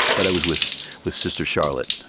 but i was with with sister charlotte,